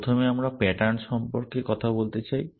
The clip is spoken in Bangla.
প্রথমে আমরা প্যাটার্ন সম্পর্কে কথা বলতে চাই